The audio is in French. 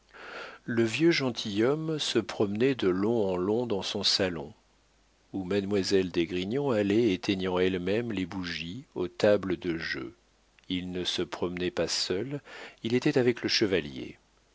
le vieux gentilhomme se promenait de long en long dans son salon où mademoiselle d'esgrignon allait éteignant elle-même les bougies aux tables de jeu il ne se promenait pas seul il était avec le chevalier